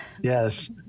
Yes